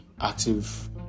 active